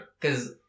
Cause